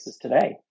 today